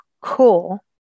cool